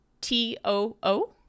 T-O-O